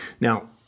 Now